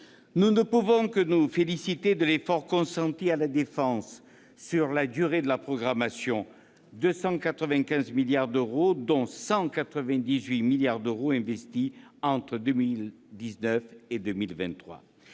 Nous ne pouvons que nous féliciter de l'effort consenti pour la défense sur la durée de la programmation : 295 milliards d'euros, dont 198 milliards investis entre 2019 et 2023.